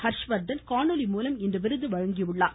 ஹர்ஷ்வர்த்தன் காணொலி மூலம் இன்று விருது வழங்கினார்